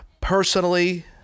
personally